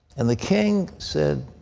and the king said,